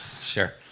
sure